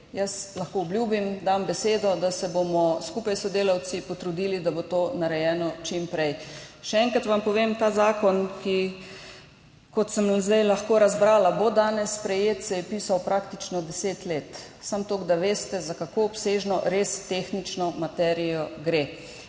Jaz lahko obljubim, dam besedo, da se bomo skupaj s sodelavci potrudili, da bo to narejeno čim prej. Še enkrat vam povem, ta zakon, kot sem zdaj lahko razbrala, da bo danes sprejet, se je pisal praktično deset let. Samo toliko, da veste, za kako obsežno tehnično materijo res